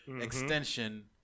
extension